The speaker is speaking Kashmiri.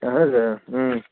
اَہن حظ اۭں اۭں